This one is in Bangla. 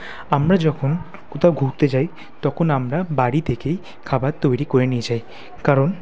আমরা যখন কোথাও ঘুরতে যাই তখন আমরা বাড়ি থেকেই খাবার তৈরি করে নিয়ে যাই কারণ